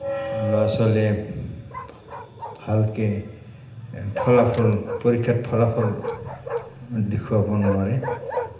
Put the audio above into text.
ল'ৰা ছোৱালীয়ে ভালকৈ ফলাফল পৰীক্ষাত ফলাফল দেখুৱাব নোৱাৰে